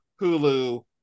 Hulu